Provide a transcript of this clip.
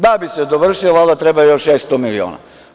Da bi se dovršilo, treba još 600 miliona.